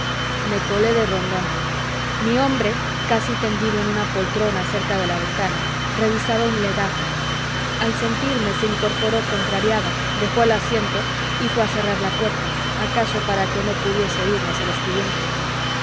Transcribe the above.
me colé de rondón mi hombre casi tendido en una poltrona cerca de la ventana revisaba un legajo al sentirme se incorporó contrariado dejó el asiento y fué a cerrar la puerta acaso para que no pudiese oirnos el escribiente